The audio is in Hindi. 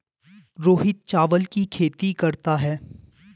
रोहित चावल की खेती करता है